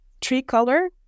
TreeColor